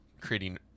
creating